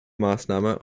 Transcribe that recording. maßnahme